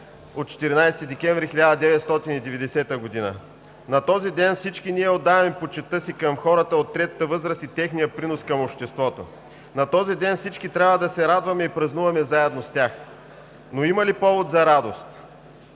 от 14 декември 1990 г. На този ден всички ние отдаваме почитта си към хората от третата възраст и техния принос към обществото. На този ден всички трябва да се радваме и празнуваме заедно с тях, но има ли повод за радост?